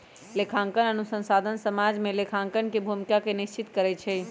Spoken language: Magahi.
लेखांकन अनुसंधान समाज में लेखांकन के भूमिका के निश्चित करइ छै